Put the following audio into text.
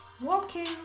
walking